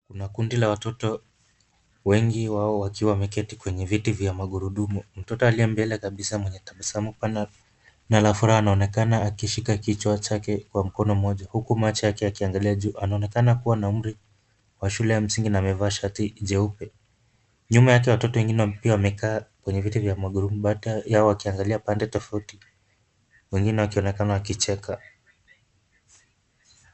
Kuna kundi la watoto wengi wao wakiwa wameketi kwenye viti vya magurudumu. Mtoto aliye mbele kabisa mwenye tabasamu pana na la furaha anaonekana akishika kichwa chake kwa mkono mmoja huku macho yake yakiangalia juu. Anaonekana kuwa na umri wa shule ya msingi na amevaa shati jeupe. Nyuma yake watoto wengine pia wamekaa kwenye viti vya magurudumu baadhi yao wakiangalia pande tofauti wengine wakionekana wakicheka.